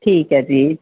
ਠੀਕ ਹੈ ਜੀ